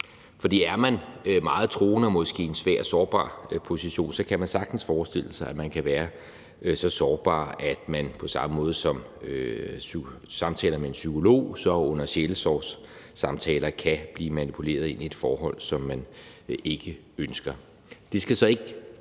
For er man meget troende og måske i en svag og sårbar position, kan vi sagtens forestille os at man kan være så sårbar, at man på samme måde som i samtaler med en psykolog under sjælesorgssamtaler kan blive manipuleret ind i et forhold, som man ikke ønsker.